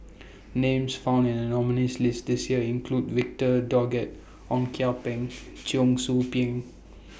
Names found in The nominees' list This Year include Victor Doggett Ong Kian Peng Cheong Soo Pieng